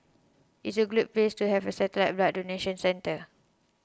it's a good place to have a satellite blood donation centre